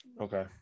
Okay